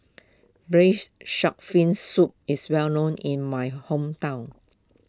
Braised Shark Fin Soup is well known in my hometown